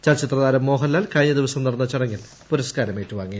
ചലച്ചിത്രതാരം മോഹൻലാൽ കഴിഞ്ഞ ദിവസം നടന്ന ചടങ്ങിൽ പുരസ്കാരം ഏറ്റുവാങ്ങി